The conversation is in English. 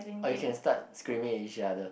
or you can start screaming with each other